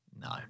No